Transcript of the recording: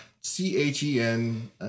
C-H-E-N